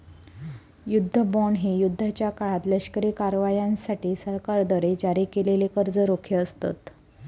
युद्ध बॉण्ड हे युद्धाच्या काळात लष्करी कारवायांसाठी सरकारद्वारे जारी केलेले कर्ज रोखे असतत